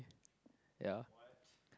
ya